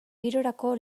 girorako